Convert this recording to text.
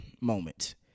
moment